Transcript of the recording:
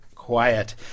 Quiet